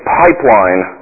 pipeline